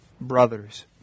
brothers